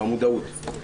במודעות.